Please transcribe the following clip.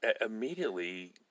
immediately